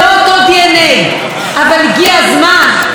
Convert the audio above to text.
אבל הגיע הזמן שהדנ"א ישתנה,